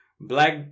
black